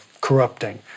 corrupting